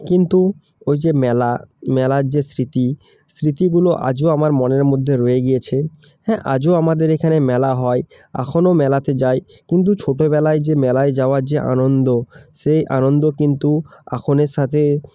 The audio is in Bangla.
কিন্তু ওই যে মেলা মেলার যে স্মৃতি স্মৃতিগুলো আজও আমার মনের মধ্যে রয়ে গিয়েছে হ্যাঁ আজও আমাদের এখানে মেলা হয় এখনো মেলাতে যাই কিন্তু ছোটোবেলায় যে মেলায় যাওয়ার যে আনন্দ সেই আনন্দ কিন্তু এখনের সাথে